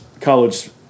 college